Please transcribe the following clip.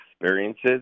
experiences